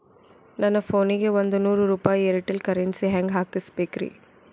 ನನ್ನ ಫೋನಿಗೆ ಒಂದ್ ನೂರು ರೂಪಾಯಿ ಏರ್ಟೆಲ್ ಕರೆನ್ಸಿ ಹೆಂಗ್ ಹಾಕಿಸ್ಬೇಕ್ರಿ?